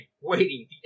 waiting